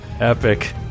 Epic